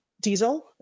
diesel